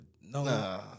No